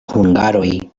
hungaroj